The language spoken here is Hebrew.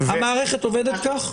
המערכת עובדת כך?